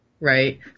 Right